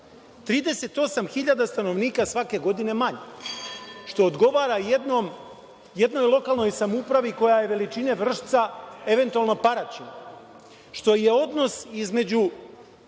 38.000 stanovnika svake godine manje, što odgovara jednoj lokalnoj samoupravi koja je veličine Vršca, eventualno Paraćina, što je odnos između